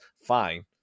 fine